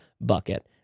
bucket